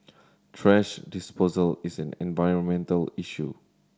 thrash disposal is an environmental issue